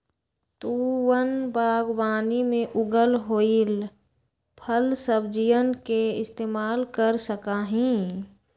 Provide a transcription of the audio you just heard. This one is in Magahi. तु वन बागवानी में उगल होईल फलसब्जियन के इस्तेमाल कर सका हीं